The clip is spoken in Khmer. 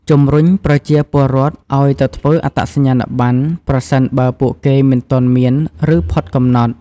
ជំរុញប្រជាពលរដ្ឋឱ្យទៅធ្វើអត្តសញ្ញាណប័ណ្ណ ប្រសិនបើពួកគេមិនទាន់មាន ឬផុតកំណត់។